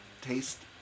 taste